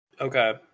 Okay